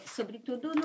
Sobretudo